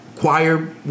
Choir